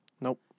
Nope